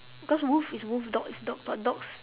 cause wolf is wolf dog is dog but dogs